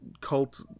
cult